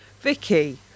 Vicky